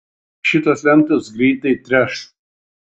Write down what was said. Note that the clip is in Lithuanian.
šitos lentos greitai treš